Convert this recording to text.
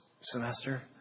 semester